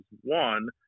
one